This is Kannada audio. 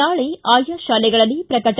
ನಾಳಿ ಆಯಾ ಶಾಲೆಗಳಲ್ಲಿ ಪ್ರಕಟ